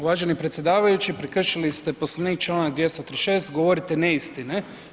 Uvaženi predsjedavajući prekršili ste Poslovnik članak 236. govorite neistine.